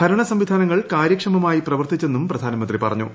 ഭരണസംവിധാനങ്ങൾ കാര്യക്ഷമമായി പ്രവർത്തിച്ചെന്നും പ്രധാനമന്ത്രി പറഞ്ഞു